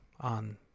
on